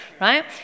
right